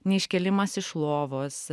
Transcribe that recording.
neiškėlimas iš lovos